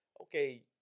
okay